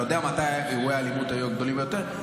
יודע מתי אירועי האלימות היו הגדולים ביותר?